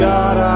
God